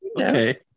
Okay